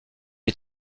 est